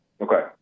Okay